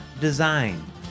design